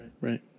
Right